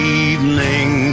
evening